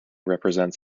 represents